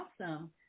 awesome